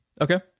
Okay